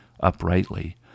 uprightly